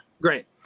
great